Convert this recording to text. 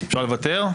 אפשר לוותר?